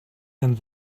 and